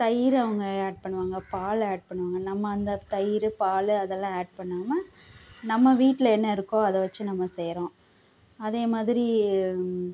தயிரை அவங்க ஆட் பண்ணுவாங்க பால் ஆட் பண்ணுவாங்க நம்ம அந்த தயிர் பால் அதெல்லாம் ஆட் பண்ணாமல் நம்ம வீட்டில் என்ன இருக்கோ அதை வச்சு நம்ம செய்கிறோம் அதே மாதிரி